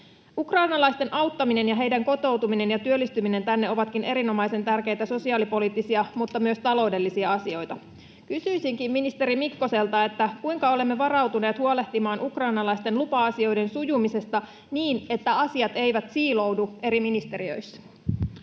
Ukrainalaisten auttaminen ja heidän kotoutumisensa ja työllistymisensä tänne ovatkin erinomaisen tärkeitä sosiaalipoliittisia, mutta myös taloudellisia asioita. Kysyisinkin ministeri Mikkoselta: kuinka olemme varautuneet huolehtimaan ukrainalaisten lupa-asioiden sujumisesta niin, että asiat eivät siiloudu eri ministeriöissä?